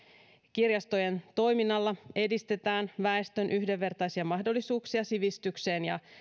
kirjastojen toiminnalla edistetään väestön yhdenvertaisia mahdollisuuksia sivistykseen ja